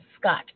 Scott